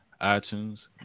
iTunes